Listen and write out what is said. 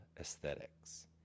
aesthetics